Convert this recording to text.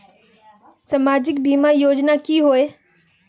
सामाजिक बीमा योजना की होय?